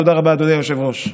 תודה רבה, אדוני היושב-ראש.